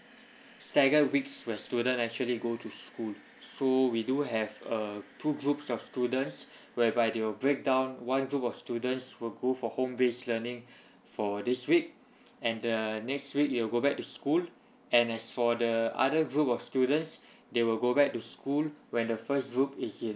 staggered weeks where student actually go to school so we do have err two groups of students whereby they will break down one group of students will go for home based learning for this week and the next week you will go back to school and as for the other group of students they will go back to school when the first group is in